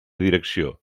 direcció